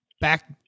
back